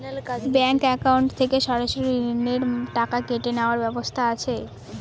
Bank account থেকে সরাসরি ঋণের টাকা কেটে নেওয়ার ব্যবস্থা আছে?